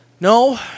No